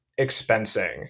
expensing